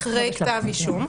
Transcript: אחרי כתב אישום.